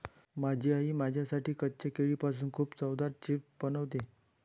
माझी आई माझ्यासाठी कच्च्या केळीपासून खूप चवदार चिप्स बनवते